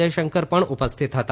જયશંકર પણ ઉપસ્થિત હતા